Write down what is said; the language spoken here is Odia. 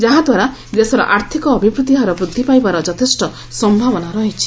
ଯାହାଦ୍ୱାରା ଦେଶର ଆର୍ଥିକ ଅଭିବୃଦ୍ଧି ହାର ବୃଦ୍ଧି ପାଇବାର ଯଥେଷ୍ଟ ସମ୍ଭାବନା ରହିଛି